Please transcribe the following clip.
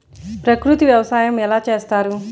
ప్రకృతి వ్యవసాయం ఎలా చేస్తారు?